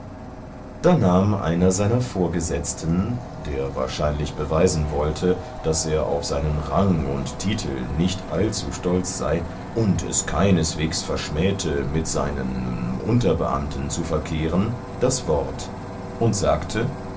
da nahm einer seiner vorgesetzten der wahrscheinlich beweisen wollte daß er auf seinen rang und titel nicht allzu stolz sei und es keineswegs verschmähe mit seinen unterbeamten zu verkehren das wort und sagte